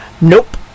Nope